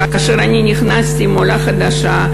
כאשר נכנסתי עם עולה חדשה,